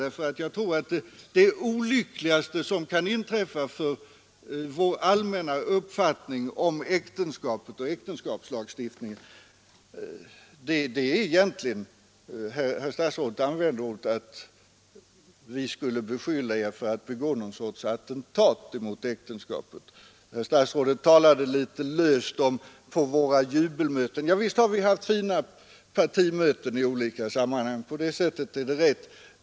Statsrådet säger att vi skulle hålla på med att beskylla regeringen för att begå ett slags attentat mot äktenskapet, och statsrådet talade litet löst om moderata jubelmöten. Och visst har vi haft fina partimöten i olika sammanhang — så långt är det riktigt.